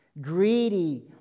Greedy